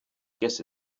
guess